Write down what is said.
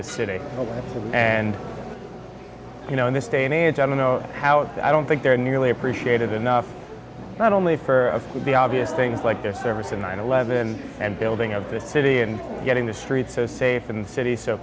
this city and you know in this day and age i don't know how i don't think there are nearly appreciative enough not only for the obvious things like their service in nine eleven and building up the city and getting the streets so safe and city so